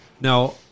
Now